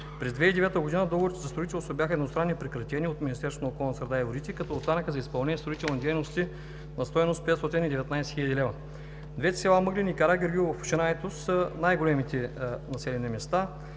През 2009 г. договорите за строителство бяха едностранно прекратени от Министерството на околната среда и водите, като останаха за изпълнение строителни дейности на стойност 519 хил. лв. Двете села – Мъглен и Карагеоргиево, в община Айтос са най-големите населени места,